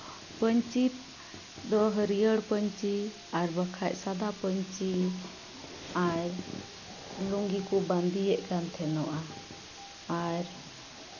ᱯᱟᱹᱧᱪᱤ ᱫᱚ ᱦᱟᱹᱨᱭᱟᱹᱲ ᱯᱟᱹᱧᱪᱤ ᱟᱨ ᱵᱟᱠᱷᱟᱡ ᱥᱟᱫᱟ ᱯᱟᱹᱧᱪᱤ ᱟᱨ ᱞᱩᱝᱜᱤ ᱠᱚ ᱵᱟᱸᱫᱮᱭᱮᱜ ᱠᱟᱱ ᱛᱟᱦᱮᱱᱟ ᱟᱨ